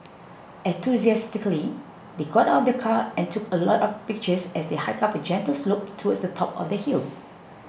enthusiastically they got out of the car and took a lot of pictures as they hiked up a gentle slope towards the top of the hill